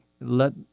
let